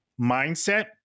mindset